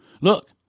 Look